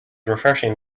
refreshing